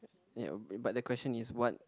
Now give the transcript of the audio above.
ya but the question is what